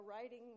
writing